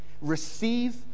receive